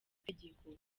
itegeko